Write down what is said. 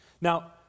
now